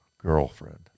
girlfriend